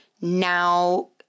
now